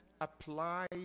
apply